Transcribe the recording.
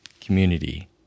community